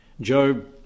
Job